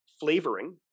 flavoring